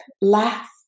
laugh